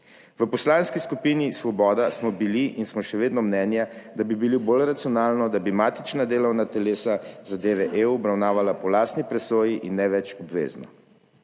V Poslanski skupini Svoboda smo bili in smo še vedno mnenja, da bi bilo bolj racionalno, da bi matična delovna telesa zadeve EU obravnavala po lastni presoji in ne več obvezno.